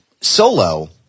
Solo